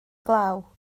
glaw